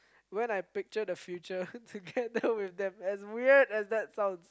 when I picture the future together with them as weird as that sounds